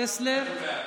טסלר,